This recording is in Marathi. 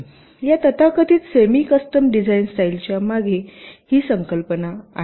या तथाकथित सेमी कस्टम डिझाइन स्टाईल च्या मागे ही संकल्पना आहे